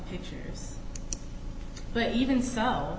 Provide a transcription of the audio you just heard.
teachers but even s